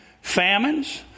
famines